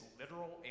literal